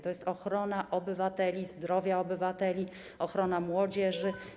To jest ochrona obywateli, zdrowia obywateli, ochrona młodzieży.